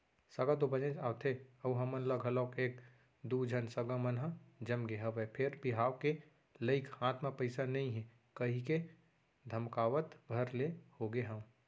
सगा तो बनेच आवथे अउ हमन ल घलौ एक दू झन सगा मन ह जमगे हवय फेर बिहाव के लइक हाथ म पइसा नइ हे कहिके धकमकावत भर ले होगे हंव